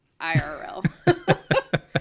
IRL